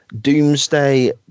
doomsday